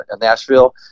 Nashville